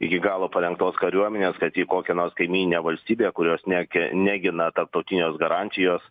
iki galo parengtos kariuomenės kad ji kokią nors kaimyninę valstybę kurios nekia negina tarptautinės garantijos